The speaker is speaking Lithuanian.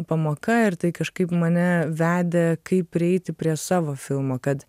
pamoka ir tai kažkaip mane vedė kaip prieiti prie savo filmo kad